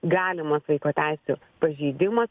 galimas vaiko teisių pažeidimas